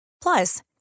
Plus